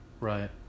Right